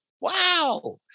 Wow